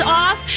off